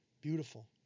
beautiful